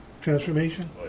Transformation